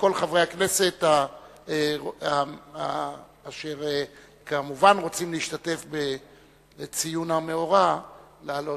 לכל חברי הכנסת אשר רוצים להשתתף בציון המאורע לעלות.